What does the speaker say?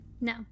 No